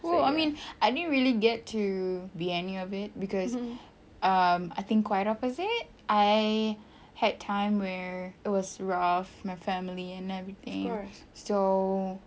cool I mean I didn't really get to be any of it cause um I think quite opposite I had time where it was rough my family and everything so